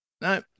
no